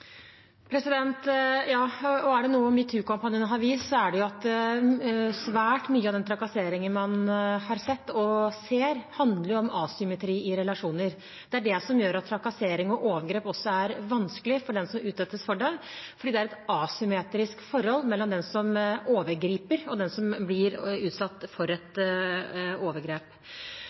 Ja, og er det noe metoo-kampanjen har vist, er det at svært mye av den trakasseringen man har sett, og ser, handler om asymmetri i relasjoner. Det er det som gjør at trakassering og overgrep er vanskelig for den som utsettes for det, fordi det er et asymmetrisk forhold mellom den som overgriper, og den som blir utsatt for et overgrep.